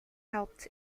helped